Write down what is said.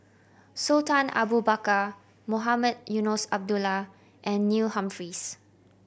Sultan Abu Bakar Mohamed Eunos Abdullah and Neil Humphreys